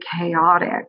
chaotic